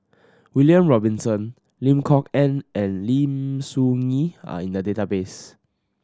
William Robinson Lim Kok Ann and Lim Soo Ngee are in the database